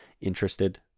interested